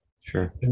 Sure